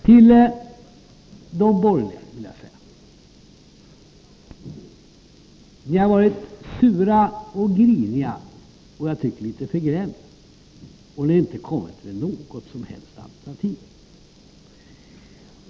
Till de borgerliga vill jag säga: Ni har varit sura och griniga och, tycker jag, litet förgrämda, och ni har inte kommit med några som helst alternativ.